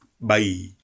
Bye